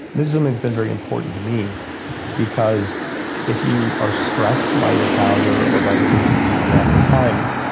this is something um that's been very important to me because if you are stressed by your calendar or by the way you interact with time,